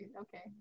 Okay